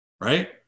right